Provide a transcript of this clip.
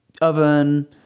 oven